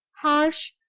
harsh,